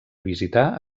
visitar